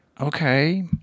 okay